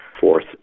fourth